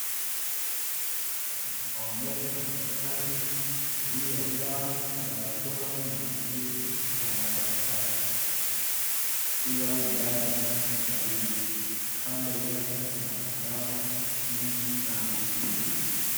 Picha inaonyesha daktari iliyovaa barakoa na nguo za madaktari, akiwa ndani ya hospitalini. Kando yake kuna madawa mingi sana .